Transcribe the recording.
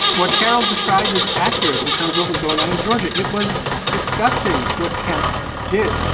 what carol's described as accurate in terms what was going on in georgia. it was disgusting what kemp did.